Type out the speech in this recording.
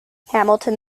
hamilton